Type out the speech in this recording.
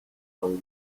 تموم